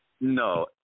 No